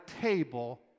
table